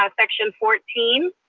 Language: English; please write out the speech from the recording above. ah section fourteen.